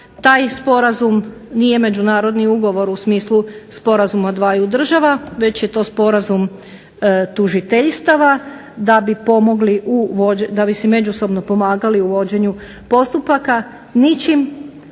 taj sporazum nije međunarodni ugovor u smislu sporazuma dvaju država, već je to sporazum tužiteljstva da bi si međusobno pomagali u vođenju postupaka.